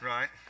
Right